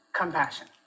compassion